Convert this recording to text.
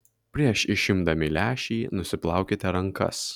prieš išimdami lęšį nusiplaukite rankas